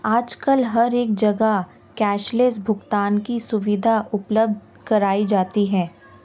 आजकल हर एक जगह कैश लैस भुगतान की सुविधा उपलब्ध कराई जाती है